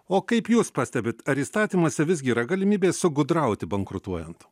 o kaip jūs pastebit ar įstatymuose visgi yra galimybė sugudrauti bankrutuojant